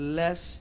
less